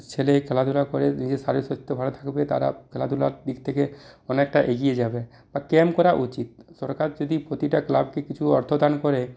ছেলেই খেলাধুলা করে নিজের শরীর স্বাস্থ্য ভালো থাকবে তারা খেলাধুলার দিক থেকে অনেকটা এগিয়ে যাবে বা ক্যাম্প করা উচিত সরকার যদি প্রতিটা ক্লাবকে কিছু অর্থ দান করে